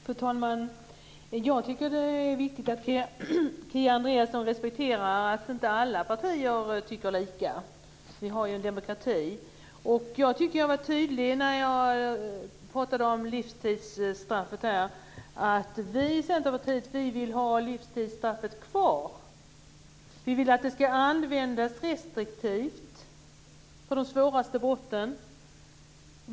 Fru talman! Jag tycker att det är viktigt att Kia Andreasson respekterar att inte alla partier tycker lika. Vi har en demokrati. Jag tyckte att jag var tydlig när jag talade om livstidsstraffet. Vi i Centerpartiet vill ha livstidsstraffet kvar. Vi vill att det ska användas restriktivt för de svåraste brotten.